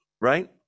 right